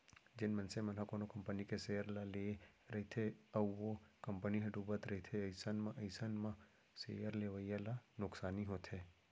जेन मनसे मन ह कोनो कंपनी के सेयर ल लेए रहिथे अउ ओ कंपनी ह डुबत रहिथे अइसन म अइसन म सेयर लेवइया ल नुकसानी होथे